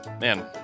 man